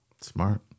Smart